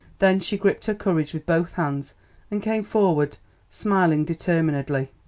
then she gripped her courage with both hands and came forward smiling determinedly.